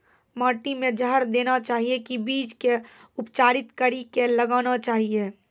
माटी मे जहर देना चाहिए की बीज के उपचारित कड़ी के लगाना चाहिए?